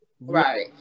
Right